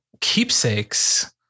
keepsakes